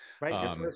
right